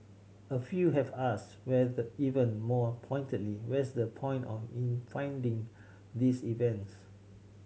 a few have asked even more pointedly what's the point in funding these events